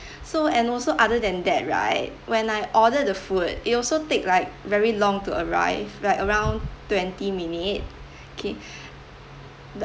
so and also other than that right when I order the food it also take like very long to arrive like around twenty minute K